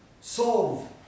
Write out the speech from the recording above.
solve